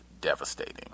devastating